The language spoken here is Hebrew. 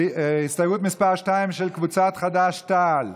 הסתייגות מס' 2, של קבוצת חד"ש-תע"ל,